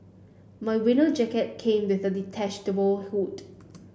my winter jacket came with a detachable hood